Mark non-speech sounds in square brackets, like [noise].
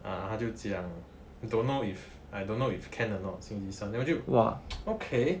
ah 她就讲 don't know if I don't know if can or not 星期三 then 我就 [noise] okay